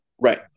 Right